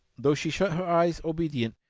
though she shut her eyes obedient,